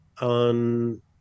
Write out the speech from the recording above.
on